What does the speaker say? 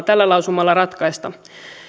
tällä lausumalla ratkaista